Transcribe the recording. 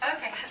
Okay